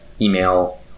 email